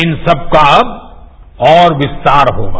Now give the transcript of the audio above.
इन सबका अब और विस्तार होगा